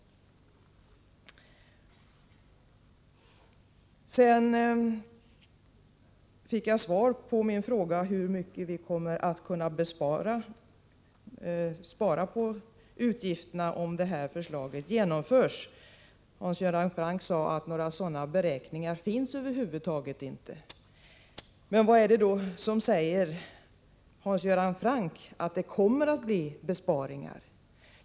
Sedan fick jag svar på min fråga hur mycket vi kommer att kunna spara på utgifterna om förslaget genomförs. Hans Göran Franck sade att några sådana beräkningar över huvud taget inte finns. Men vad är det då som säger, Hans Göran Franck, att det kommer att bli besparingar?